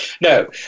No